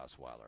Osweiler